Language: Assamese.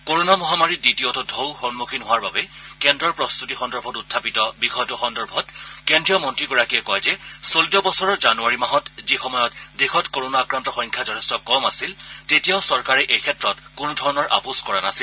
কৰোনা মহামাৰীৰ দ্বিতীয়টো টৌৰ সন্মুখীন হোৱাৰ বাবে কেন্দ্ৰৰ প্ৰস্তুতি সন্দৰ্ভত উখাপিত অভিযোগ প্ৰত্যাখান কৰি কেন্দ্ৰীয় মন্ত্ৰীগৰাকীয়ে কয় যে চলিত বছৰৰ জানুৱাৰী মাহত যি সময়ত দেশত কৰোনা আক্ৰান্তৰ সংখ্যা যথেষ্ট কম আছিল তেতিয়াও চৰকাৰে এই ক্ষেত্ৰত কোনো ধৰণৰ আপোচ কৰা নাছিল